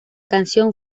canción